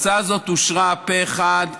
ההצעה הזאת אושרה פה אחד בוועדה,